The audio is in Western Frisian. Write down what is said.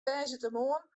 woansdeitemoarn